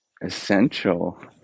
essential